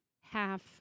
half